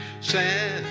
sad